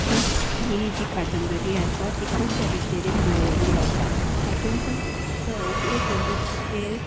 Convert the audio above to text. ही ही जी कादंबरी आसा ती खूब बरे तरेन बरयल्ली आसा तातूंत एकवी हे